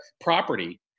property